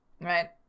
right